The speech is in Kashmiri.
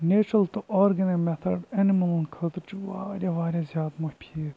نیچرَل تہٕ آرگینِک میٚتھڈ ایٚنِمٕلَن خٲطرٕ چھُ واریاہ واریاہ زیادٕ مُفیٖد